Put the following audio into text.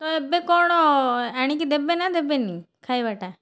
ତ ଏବେ କ'ଣ ଆଣିକି ଦେବେନା ଦେବେନି ଖାଇବାଟା